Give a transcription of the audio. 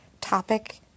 topic